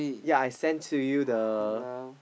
yea I send to you the